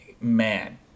Man